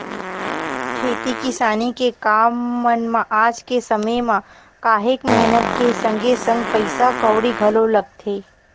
खेती किसानी के काम मन म आज के समे म काहेक मेहनत के संगे संग पइसा कउड़ी घलो लगथे